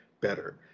better